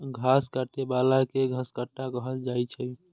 घास काटै बला कें घसकट्टा कहल जाइ छै